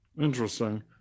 Interesting